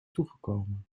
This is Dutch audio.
toegekomen